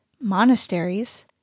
monasteries